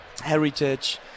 heritage